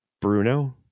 Bruno